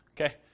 Okay